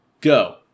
Go